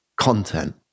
content